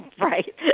right